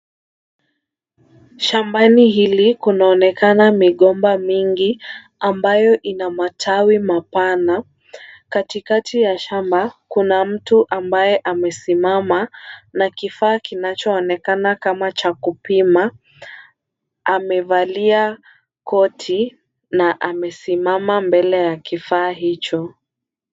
Shambani hili kunaonekana migomba mingi ambayo ina matawi mapana. Katikati ya shamba kuna mtu ambaye amesimama na kifaa kinachoonekana kama cha kupima, amevalia koti na amesimama mbele ya kifaa hicho.